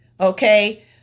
Okay